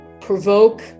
provoke